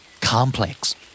Complex